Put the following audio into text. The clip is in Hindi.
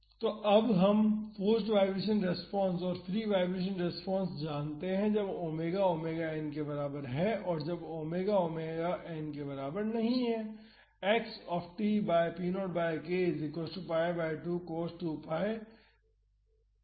तो अब हम फोर्स्ड वाईब्रेशन रेस्पॉन्स और फ्री वाईब्रेशन रेस्पॉन्स जानते हैं जब ओमेगा ओमेगा एन के बराबर है और जब ओमेगा ओमेगा एन के बराबर नहीं है